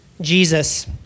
Jesus